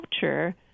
culture